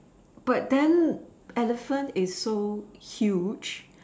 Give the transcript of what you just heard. but then elephant is so huge